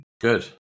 Good